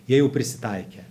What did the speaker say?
jie jau prisitaikė